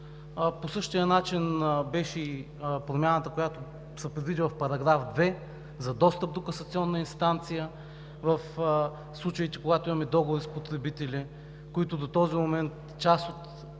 По същия начин беше и промяната, която се предвиди в § 2 за достъп до касационна инстанция в случаите, когато имаме договори с потребители, за които до този момент част от